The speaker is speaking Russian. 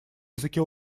языке